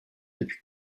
depuis